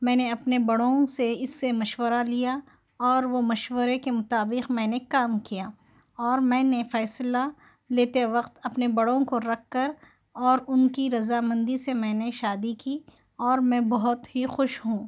میں نے اپنے بڑوں سے اِس سے مشورہ لیا اور وہ مشورے کے مطابق میں نے کام کیا اور میں نے فیصلہ لیتے وقت اپنے بڑوں کو رکھ کر اور اُن کی رضامندی سے میں نے شادی کی اور میں بہت ہی خوش ہوں